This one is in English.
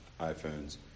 iPhones